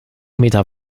meter